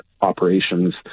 operations